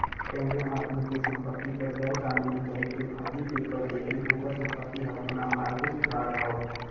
कउनो आदमी के संपति पर गैर कानूनी तरीके फर्जी पेपर देके ओकर संपत्ति हड़पना मारगेज फ्राड हौ